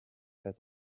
had